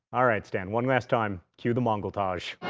all right stan, one last time cue the mongol-tage.